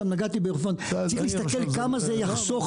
צריך להסתכל כמה זה יחסוך